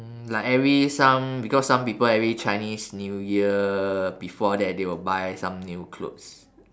mm like every some because some people every chinese new year before that they will buy some new clothes